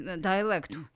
dialect